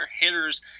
hitters